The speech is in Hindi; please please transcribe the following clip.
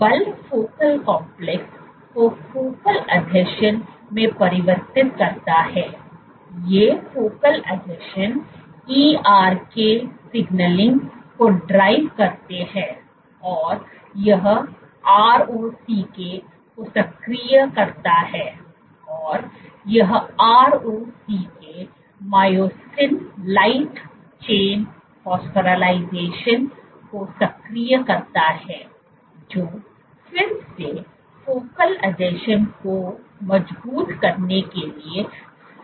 बल फोकल कॉम्प्लेक्स को फोकल आसंजन में परिवर्तित करता है ये फोकल आसंजन ERK सिगनलिंग को ड्राइव करते हैं और यह ROCK को सक्रिय करता है और यह ROCK myosin light chain phosphorylation को सक्रिय करता है जो फिर से फोकल आसंजन को मजबूत करने के लिए फीड करता है